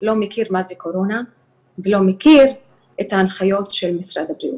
שיש מי שלא מכיר מה זה קורונה ולא מכיר את ההנחיות של משרד הבריאות.